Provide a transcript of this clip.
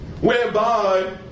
Whereby